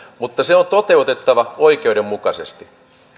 mutta se on toteutettava oikeudenmukaisesti